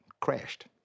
crashed